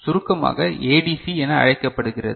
சுருக்கமாக ஏடிசி என அழைக்கப்படுகிறது